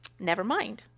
Nevermind